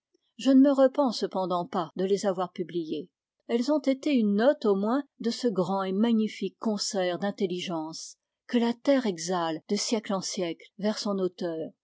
je ne me repens cependant pas de les avoir publiées elles ont été une note au moins de ce grand et magnifique concert d'intelligence que la terre exhale de siècle en siècle vers son auteur